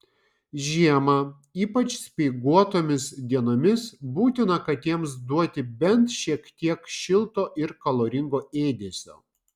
žiemą ypač speiguotomis dienomis būtina katėms duoti bent šiek tiek šilto ir kaloringo ėdesio